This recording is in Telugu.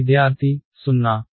విద్యార్థి 0